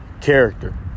character